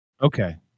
Okay